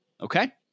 okay